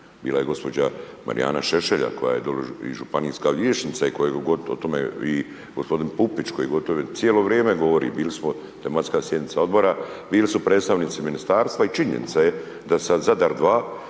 Bila je gđa. Marijana Šešelja, koja je dolje i županijska liječnica i koga god o tome i g. Pupić koji gotovo cijelo vrijeme govori, bili smo tematska sjednica odbora, bili su predstavnici ministarstva i činjenica je da sad Zadar 2